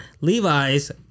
levi's